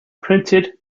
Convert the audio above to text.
printed